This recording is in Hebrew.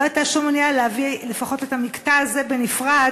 לא הייתה שום מניעה להביא לפחות את המקטע הזה בנפרד,